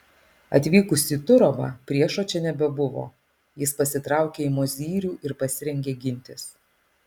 atvykus į turovą priešo čia nebebuvo jis pasitraukė į mozyrių ir pasirengė gintis